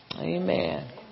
Amen